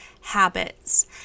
habits